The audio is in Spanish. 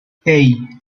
hey